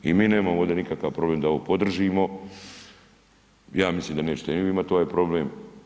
I mi nemamo ovdje nikakav problem da ovo podržimo, ja mislim da nećete ni vi imati ovaj problem.